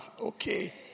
okay